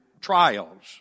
trials